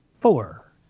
four